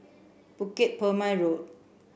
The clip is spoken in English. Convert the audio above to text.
Bukit Purmei Road